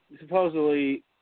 supposedly